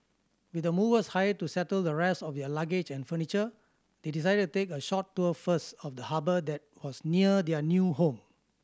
with the movers hired to settle the rest of their luggage and furniture they decided to take a short tour first of the harbour that was near their new home